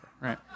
right